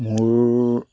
মোৰ